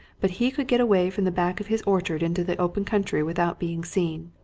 but he could get away from the back of his orchard into the open country without being seen.